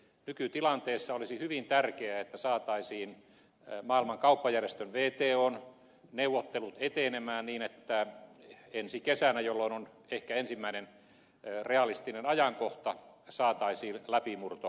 nykytilanteessa olisi hyvin tärkeää että saataisiin maailman kauppajärjestön wton neuvottelut etenemään niin että ensi kesänä jolloin on ehkä ensimmäinen realistinen ajankohta saataisiin läpimurto aikaan